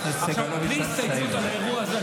בלי הסתייגות על האירוע הזה,